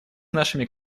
нашими